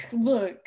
look